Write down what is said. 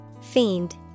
Fiend